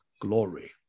glory